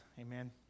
Amen